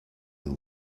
will